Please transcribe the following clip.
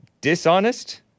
dishonest